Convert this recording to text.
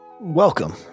Welcome